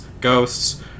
Ghosts